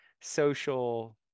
social